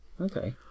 Okay